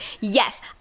yes